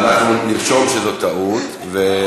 לא,